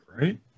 right